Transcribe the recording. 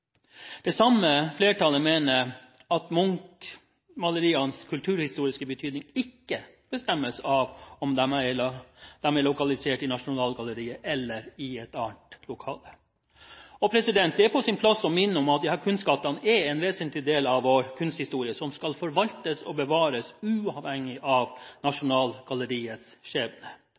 Det samme flertallet mener at Munch-malerienes kulturhistoriske betydning ikke bestemmes av om disse er lokalisert i Nasjonalgalleriet eller i annet lokale. Det er på sin plass å minne om at disse kunstskattene er en vesentlig del av vår kunsthistorie som skal forvaltes og bevares uavhengig av Nasjonalgalleriets skjebne. Vi mener det er en viktig nasjonal